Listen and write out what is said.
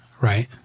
Right